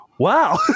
Wow